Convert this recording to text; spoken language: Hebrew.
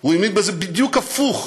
הוא האמין בזה בדיוק הפוך,